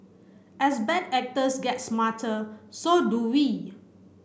as bad actors get smarter so do we